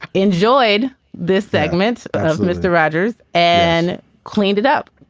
enjoyed this segment. mr. rogers. and cleaned it up,